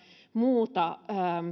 muuta sellaista